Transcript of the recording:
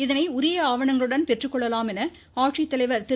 இதனை உரிய ஆவணங்களுடன் பெற்றுக்கொள்ளலாம் என ஆட்சித்தலைவா் திரு